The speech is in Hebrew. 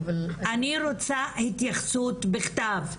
אני רוצה התייחסות בכתב,